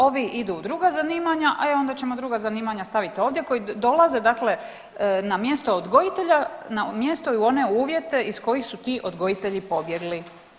Ovi idu u druga zanimanja, e onda ćemo druga zanimanja stavit ovdje koji dolaze dakle na mjesto odgojitelja, na mjesto i u one uvjete iz kojih su ti odgojitelji pobjegli.